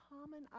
common